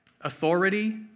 Authority